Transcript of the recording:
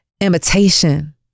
imitation